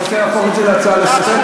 אתה רוצה להפוך את זה להצעה לסדר-היום?